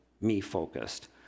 me-focused